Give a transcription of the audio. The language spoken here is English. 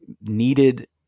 needed